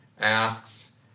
asks